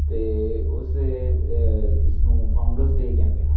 ਅਤੇ ਉਸਦੇ ਜਿਸਨੂੰ ਫਾਊਂਡਰਸ ਡੇਅ ਕਹਿੰਦੇ ਹਨ